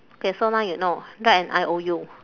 K so now you know write an I_O_U